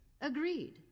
Agreed